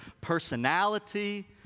personality